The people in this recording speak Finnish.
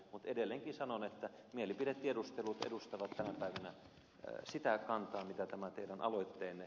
mutta edelleenkin sanon että mielipidetiedustelut edustavat tänä päivänä samaa kantaa kuin tämä teidän aloitteenne